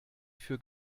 für